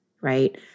right